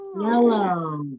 yellow